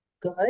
good